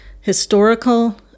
historical